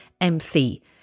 MC